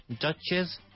Duchess